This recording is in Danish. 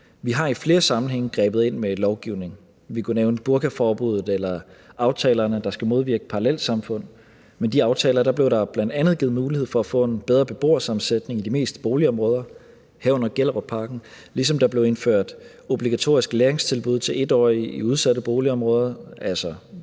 Vi har i flere sammenhænge grebet ind med lovgivning. Man kunne nævne burkaforbuddet eller aftalerne, der skal modvirke parallelsamfund. Med de aftaler blev der bl.a. givet mulighed for at få en bedre beboersammensætning i de mest udsatte boligområder, herunder Gellerupparken, ligesom der blev indført obligatoriske læringstilbud til 1-årige i udsatte boligområder, altså